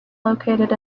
located